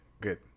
Good